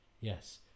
Yes